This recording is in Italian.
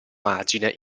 margine